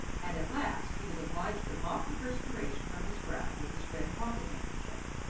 and at last he was obliged to mop the perspiration from his brow with his red pocket handkerchief.